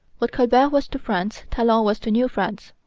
what colbert was to france talon was to new france.